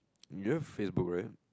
you have Facebook right